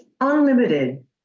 unlimited